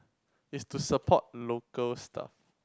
it's to support local stuff